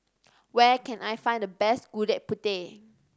where can I find the best Gudeg Putih